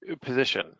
position